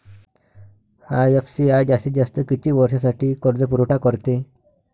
IFCI जास्तीत जास्त किती वर्षासाठी कर्जपुरवठा करते?